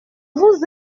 vous